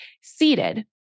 seated